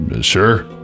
Sure